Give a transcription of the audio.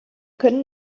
können